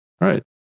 Right